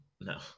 No